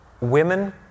Women